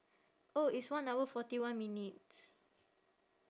oh it's one hour forty one minutes